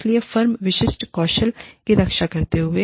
इसलिए फर्म विशिष्ट कौशल की रक्षा करते हुए